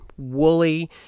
woolly